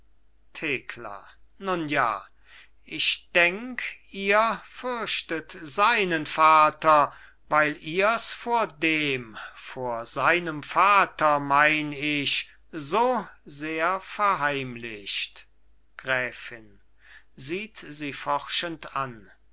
thekla nun ja ich denk ihr fürchtet seinen vater weil ihrs vor dem vor seinem vater mein ich so sehr verheimlicht gräfin sieht sie forschend an